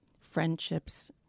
friendships